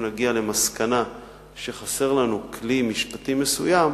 אם נגיע למסקנה שחסר לנו כלי משפטי מסוים,